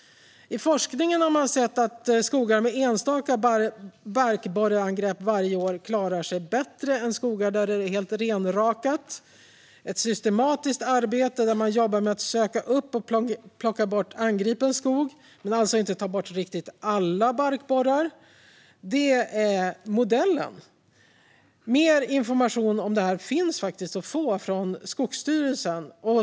I forskningen har man sett att skogar med enstaka barkborreangrepp varje år klarar sig bättre än skogar där det är helt renrakat. Ett systematiskt arbete där man jobbar med att söka upp och plocka bort angripen skog, men alltså inte tar bort riktigt alla barkborrar, är modellen. Mer information om det här finns att få från Skogsstyrelsen.